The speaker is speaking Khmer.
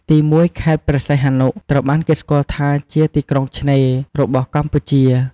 ទីមួយ ខេត្តព្រះសីហនុ ត្រូវបានគេស្គាល់ថាជា "ទីក្រុងឆ្នេរ" របស់កម្ពុជា។